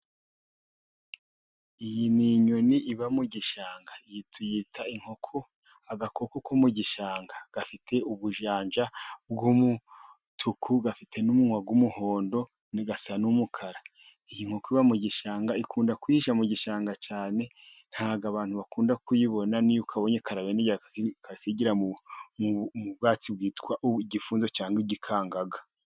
Iyi ni nyoni iba mu gishanga. Tuyita inkoko, agakoko ko mu gishanga. Gafite ubujanja bw'umutuku, gafite n'umunwa w'umuhondo. Gasa n'umukara. Iyi nkoko iba mu gishanga ikunda kwihisha mu gishanga cyane. nta bwo abantu bakunda kuyibona. N'iyo ukabonye karabendegera kakigira mu bwatsi bwitwa igifunzo cyangwa igikangaga.